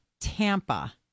Tampa